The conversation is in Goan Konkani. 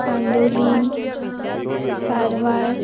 कांदोलीं कारवार